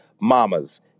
mamas